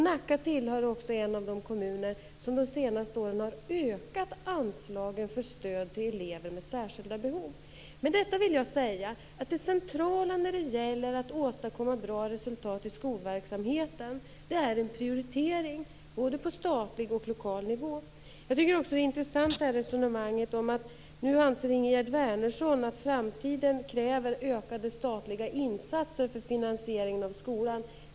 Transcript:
Nacka är också en av de kommuner som de senaste åren har ökat anslagen för stöd till elever med särskilda behov. Med detta vill jag säga att det centrala när det gäller att åstadkomma bra resultat i skolverksamheten är en prioritering både på statlig och lokal nivå. Jag tycker också att det är intressant med det här resonemanget att Ingegerd Wärnersson nu anser att det i framtiden krävs ökade statliga insatser för finansieringen av skolan.